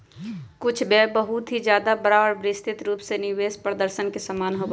कुछ व्यय बहुत ही ज्यादा बड़ा और विस्तृत रूप में निवेश प्रदर्शन के समान होबा हई